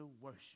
worship